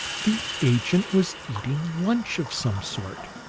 the agent was eating lunch of some sort,